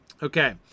Okay